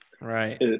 Right